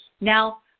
Now